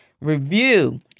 review